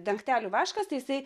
dangtelių vaškas tai jisai